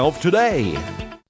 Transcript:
Today